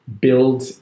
build